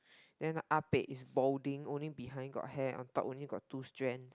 then Ah Pek is balding only behind got hair on top only got two strand